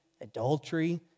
adultery